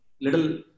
little